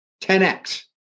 10X